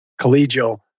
collegial